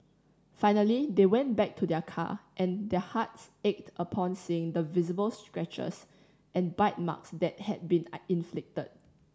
finally they went back to their car and their hearts ached upon seeing the visible scratches and bite marks that had been a inflicted